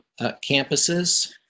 campuses